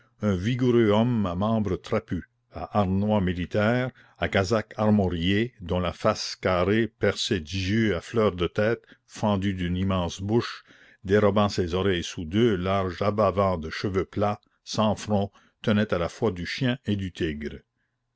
vigoureux homme à membres trapus à harnois militaire à casaque armoriée dont la face carrée percée d'yeux à fleur de tête fendue d'une immense bouche dérobant ses oreilles sous deux larges abat vent de cheveux plats sans front tenait à la fois du chien et du tigre